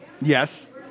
yes